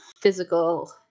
physical